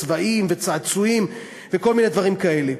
צבעים וצעצועים וכל מיני דברים כאלה.